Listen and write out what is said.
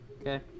Okay